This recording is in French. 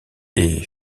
est